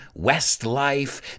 Westlife